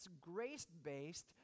grace-based